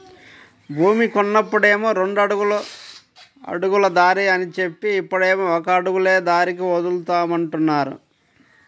భూమి కొన్నప్పుడేమో రెండడుగుల అడుగుల దారి అని జెప్పి, ఇప్పుడేమో ఒక అడుగులే దారికి వదులుతామంటున్నారు